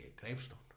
gravestone